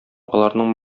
аларның